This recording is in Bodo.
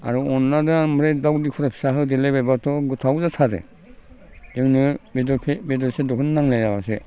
आरो अनलाजों ओमफ्राय दाउ दिखुरा फिसा होदेरलायबायबाथ' गोथाव जाथारो जोङो बेदर सेदरखौनो नांलाया जासे